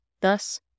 Thus